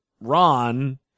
Ron